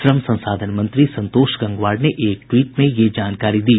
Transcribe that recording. श्रम संसाधन मंत्री संतोष गंगवार ने एक ट्वीट में यह जानकारी दी